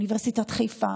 מאוניברסיטת חיפה,